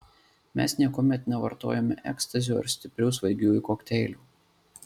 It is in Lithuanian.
mes niekuomet nevartojome ekstazio ir stiprių svaigiųjų kokteilių